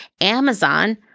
Amazon